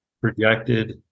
projected